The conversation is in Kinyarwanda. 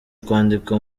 kwandika